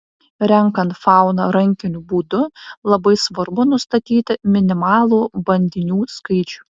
renkant fauną rankiniu būdu labai svarbu nustatyti minimalų bandinių skaičių